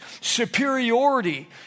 superiority